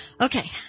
Okay